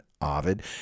Ovid